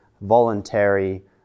voluntary